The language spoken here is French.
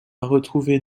retrouvé